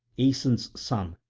aeson's son,